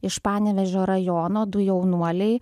iš panevėžio rajono du jaunuoliai